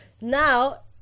now